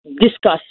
discuss